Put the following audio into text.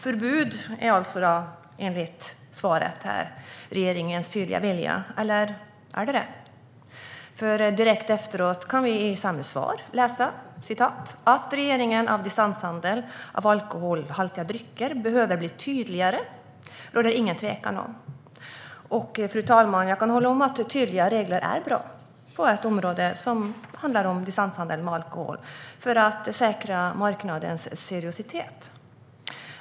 Förbud är alltså, enligt svaret, regeringens tydliga vilja, eller är det det? Direkt efteråt kan vi i samma svar läsa: "Att regleringen av distanshandel av alkoholhaltiga drycker behöver bli tydligare råder det ingen tvekan om." Jag kan hålla med om att tydliga regler är bra på ett område som detta med distanshandel med alkohol, för att säkra marknadens seriositet.